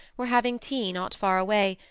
were having tea not far away,